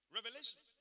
Revelation